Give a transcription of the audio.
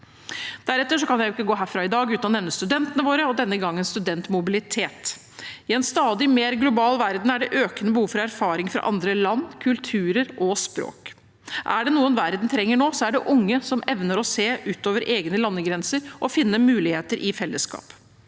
Deretter kan jeg jo ikke gå herfra i dag uten å nevne studentene våre, og denne gangen studentmobilitet. I en stadig mer global verden er det økende behov for erfaring fra andre land, kulturer og språk. Er det noe verden trenger nå, er det unge som evner å se utover egne landegrenser og finne muligheter i fellesskap.